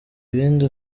ibindi